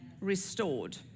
restored